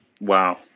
wow